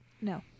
no